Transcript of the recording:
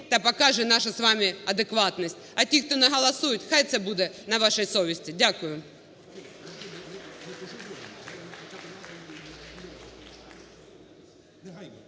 та покаже нашу з вами адекватність. А ті, хто не голосують, хай це буде на вашій совісті. Дякую.